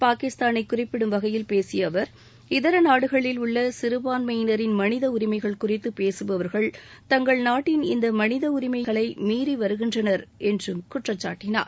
பாகிஸ்தானை குறிப்பிடும் வகையில் பேசிய அவர் இதர நாடுகளில் உள்ள சிறுபான்மையினரின் மனித உரிமைகள் குறித்து பேசுபவர்கள் தங்கள் நாட்டின் இந்த மனித உரிமைகளை மீறி வருகின்றனர் என்று குற்றம் சாட்டினார்